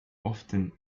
often